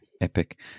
epic